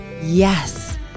Yes